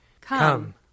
Come